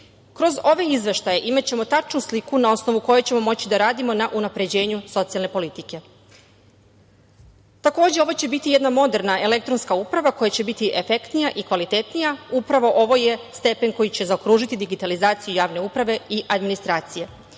Kroz ove izveštaje imaćemo tačnu sliku na osnovu koje ćemo moći da radimo na unapređenju socijalne politike. Takođe, ovo će biti jedna moderna elektronska uprava koja će biti efektnija i kvalitetnija. Upravo ovo je stepen koji će zaokružiti digitalizaciju javne uprave i administracije.